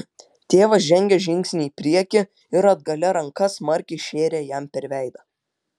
tėvas žengė žingsnį į priekį ir atgalia ranka smarkiai šėrė jam per veidą